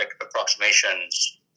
approximations